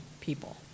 people